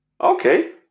Okay